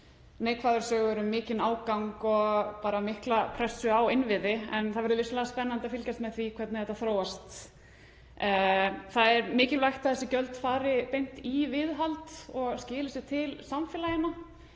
neikvæðar sögur um mikinn ágang og mikla pressu á innviði, en það verður spennandi að fylgjast með því hvernig þetta þróast. Það er mikilvægt að þessi gjöld fari beint í viðhald og skili sér til samfélaganna.